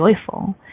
joyful